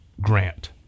Grant